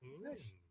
Nice